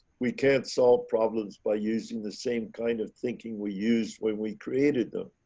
we can't solve problems by using the same kind of thinking we used when we created them.